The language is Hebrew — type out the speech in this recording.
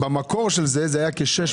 במקור של זה זה היה כ-600,